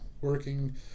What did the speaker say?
working